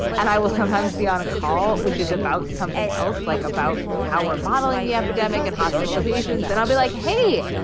and i will sometimes be on a call, which is about something else, like about power modeling the epidemic and hospitalizations that i'll be like, hey,